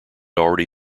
already